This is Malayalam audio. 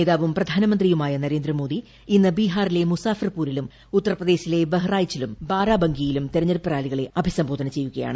നേതാവും പ്രധാനമന്ത്രിയുമായ നരേന്ദ്രമോദി ബീഹാറിലെ മുസാഫിർപൂരിലും ഉത്തർപ്രദേശിലെ ഇന്ന് ബഹ്റായിച്ചിലും ബാരാബാങ്കിയിലും തെരഞ്ഞെടുപ്പ് റാലികളെ അഭിസംബോധന ചെയ്യുകയാണ്